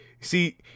See